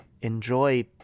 enjoy